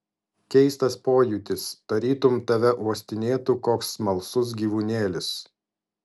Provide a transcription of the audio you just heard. keistas pojūtis tarytum tave uostinėtų koks smalsus gyvūnėlis